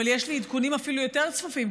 אבל יש לי עדכונים אפילו יותר צפופים,